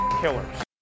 killers